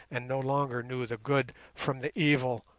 and no longer knew the good from the evil,